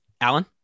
Alan